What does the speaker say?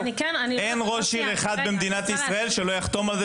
אין ראש עיר אחד במדינת ישראל שלא יחתום על זה